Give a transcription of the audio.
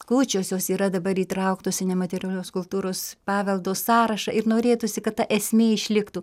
kūčios jos yra dabar įtrauktos į nematerialios kultūros paveldo sąrašą ir norėtųsi kad ta esmė išliktų